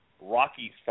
Rocky